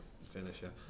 finisher